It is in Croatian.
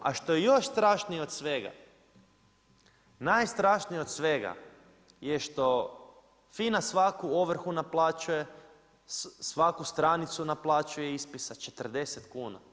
A što je još strašnije od svega, najstrašnije od svega je što FINA svaku ovrhu naplaćuje, svaku stranicu naplaćuje ispisa 40kn.